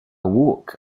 walk